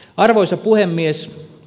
arvoisa puhemies